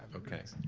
okay.